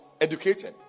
educated